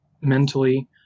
mentally